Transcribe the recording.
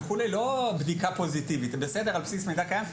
לא בדיקה פוזיטיבית על בסיס קיים.